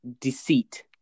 deceit